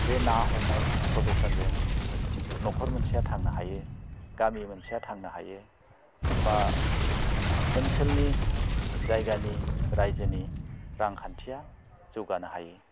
बे ना हमनाय प्रफेस'नजों नखर मोनसेआ थांनो हायो गामि मोनसेया थांनो हायो बा ओनसोलनि जायगानि रायजोनि रांखान्थिया जौगानो हायो